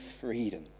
freedom